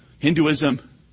Hinduism